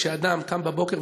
כשאדם קם בבוקר,